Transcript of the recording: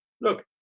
Look